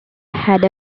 had